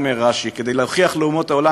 אומר רש"י: כדי להוכיח לאומות העולם,